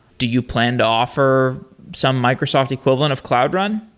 do you plan to offer some microsoft equivalent of cloud run?